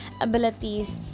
abilities